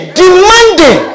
demanding